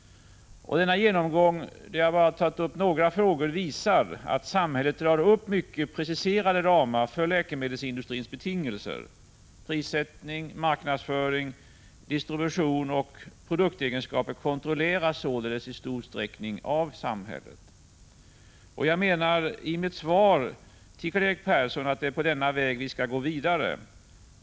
Denna genomgång, där jag bara tagit upp några frågor, visar att samhället drar upp mycket preciserade ramar för läkemedelsindustrins betingelser. Prissättning, marknadsföring, distribution och produktegenskaper kontrolleras således i stor utsträckning av samhället. Jag framhöll i mitt svar till Karl-Erik Persson att det är på denna väg vi skall gå vidare.